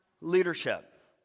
leadership